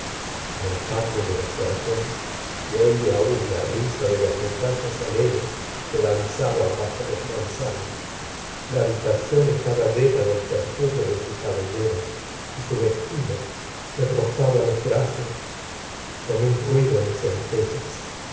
en el patio de los berteaux y oía aún la risa de los muchachos alegres que da nzaba n bajo los manzanos la habitación estaba llena del perfume de su cabellera y su vestido le rozaba los brazos con un ruido de centellas